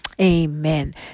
Amen